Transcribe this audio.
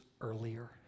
earlier